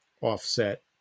offset